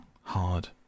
hard